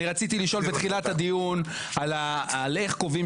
אני רציתי לשאול בתחילת הדיון על איך קובעים